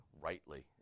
rightly